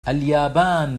اليابان